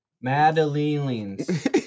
Madeline's